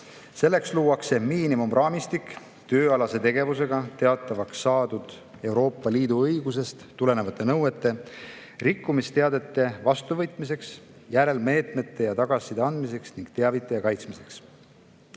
Selleks luuakse miinimumraamistik tööalases tegevuses teatavaks saadud Euroopa Liidu õigusest tulenevate nõuete rikkumise teadete vastuvõtmiseks, järelmeetmeteks ja tagasiside andmiseks ning teavitaja kaitsmiseks.